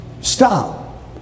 stop